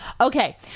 Okay